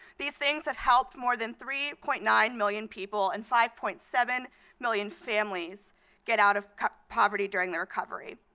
these things have helped more than three point nine million people and five point seven million families get out of poverty poverty during the recovery.